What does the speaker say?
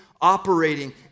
operating